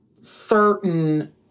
certain